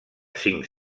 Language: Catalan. cinc